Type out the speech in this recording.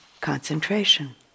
concentration